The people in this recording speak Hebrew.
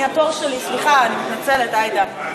אני, התור שלי, סליחה, אני מתנצלת, עאידה.